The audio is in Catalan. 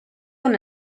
una